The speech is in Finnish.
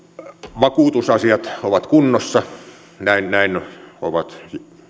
vakuutusasiat ovat kunnossa näin näin ovat